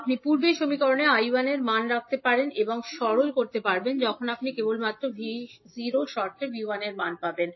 আপনি পূর্বের সমীকরণে 𝐈1 এর মান রাখতে পারেন এবং সরল করতে পারবেন যখন আপনি কেবলমাত্র V0 এর শর্তে 𝐕1 এর মান পাবেন